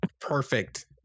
perfect